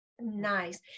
Nice